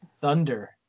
thunder